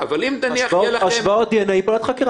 נוציא חוק שנראה נורמלי וטוב ושהוא לא יוצר בעיות אחרות.